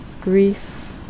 Grief